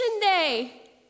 day